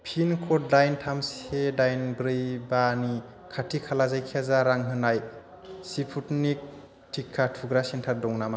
pin कड दाइन थाम से दाइन ब्रै बानि खाथि खाला जायखिजाया रां होनाय सिपुटनिक टिका थुग्रा सेन्टार दङ नामा